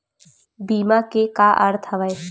बीमा के का अर्थ हवय?